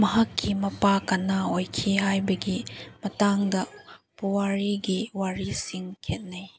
ꯃꯍꯥꯛꯀꯤ ꯃꯄꯥ ꯀꯅꯥ ꯑꯣꯏꯈꯤ ꯍꯥꯏꯕꯒꯤ ꯃꯇꯥꯡꯗ ꯄꯨꯋꯥꯔꯤꯒꯤ ꯋꯥꯔꯤꯁꯤꯡ ꯈꯦꯠꯅꯩ